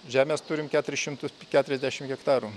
žemės turim keturis šimtus keturiasdešim hektarų